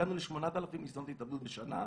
הגענו ל-8,000 ניסיונות התאבדות בשנה,